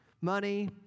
Money